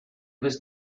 was